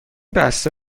بسته